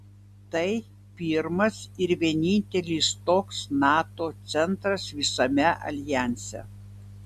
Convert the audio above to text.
tai pirmas ir vienintelis toks nato centras visame aljanse